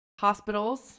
hospitals